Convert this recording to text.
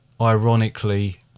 Ironically